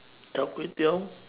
char kway teow